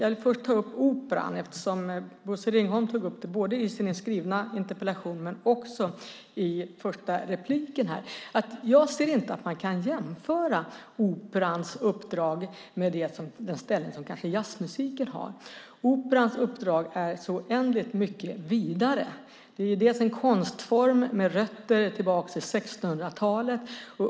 Jag vill först ta upp Operan eftersom Bosse Ringholm tog upp den både i sin skrivna interpellation och i det första inlägget. Jag anser inte att man kan jämföra Operans uppdrag med den ställning som jazzmusiken har. Operans uppdrag är så oändligt mycket vidare. Det är en konstform med rötter i 1600-talet.